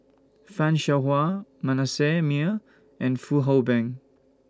fan Shao Hua Manasseh Meyer and Fong Hoe Beng